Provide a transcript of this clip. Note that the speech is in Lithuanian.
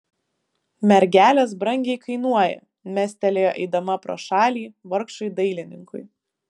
mergelės brangiai kainuoja mestelėjo eidama pro šalį vargšui dailininkui